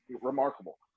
remarkable